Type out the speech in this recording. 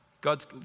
God's